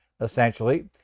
essentially